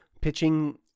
pitching